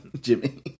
Jimmy